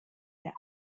der